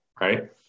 right